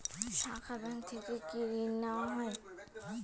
শাখা ব্যাংক থেকে কি ঋণ দেওয়া হয়?